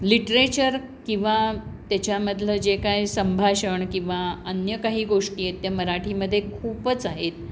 literature किंवा त्याच्यामधलं जे काय संभाषण किंवा अन्य काही गोष्टी आहेत त्या मराठीमध्ये खूपच आहेत